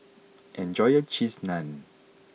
enjoy your Cheese Naan